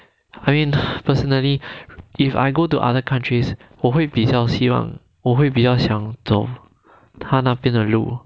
I mean personally if I go to other countries 我会比较希望我会比较想走他那边的路